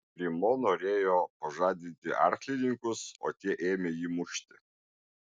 grimo norėjo pažadinti arklininkus o tie ėmė jį mušti